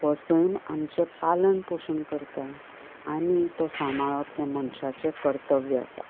हो सैम आमचें पालन पोशण करता आनी तो सांबाळप हें मनशाचें कर्तव्य आसा